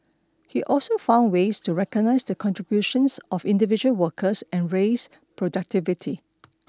he also found ways to recognise the contributions of individual workers and raise productivity